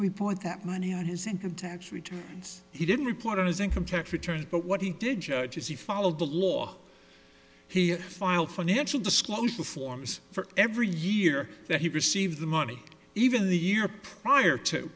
report that money on his income tax returns he didn't report on his income tax returns but what he did judge as he followed the law he filed financial disclosure forms for every year that he received the money even the year prior to